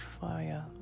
fire